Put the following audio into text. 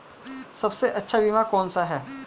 सबसे अच्छा बीमा कौन सा है?